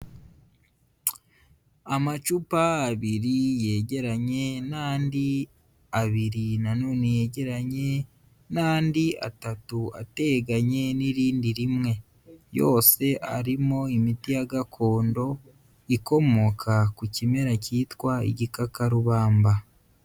Amacupa abiri yegeranye n'andi abiri na none yegeranye n'andi atatu ateganye n'irindi rimwe. Yose arimo imiti ya gakondo ikomoka ku kimera cyitwa igikakarubamba.